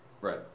Right